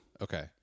Okay